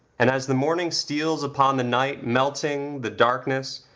and, as the morning steals upon the night, melting the darkness,